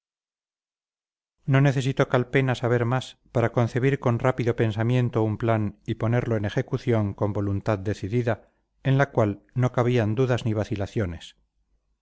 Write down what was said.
no necesitó calpena saber más para concebir con rápido pensamiento un plan y ponerlo en ejecución con voluntad decidida en la cual no cabían dudas ni vacilaciones